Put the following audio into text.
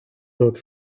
lord